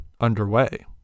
underway